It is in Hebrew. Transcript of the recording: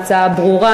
ההצעה ברורה.